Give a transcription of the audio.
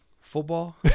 football